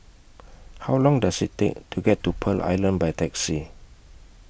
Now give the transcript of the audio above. How Long Does IT Take to get to Pearl Island By Taxi